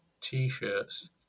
t-shirts